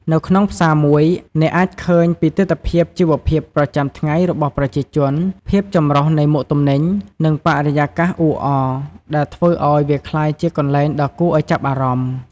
នៅក្នុងផ្សារមួយ អ្នកអាចឃើញពីទិដ្ឋភាពជីវភាពប្រចាំថ្ងៃរបស់ប្រជាជន ភាពចម្រុះនៃមុខទំនិញ និងបរិយាកាសអ៊ូអរ ដែលធ្វើឱ្យវាក្លាយជាកន្លែងដ៏គួរឱ្យចាប់អារម្មណ៍។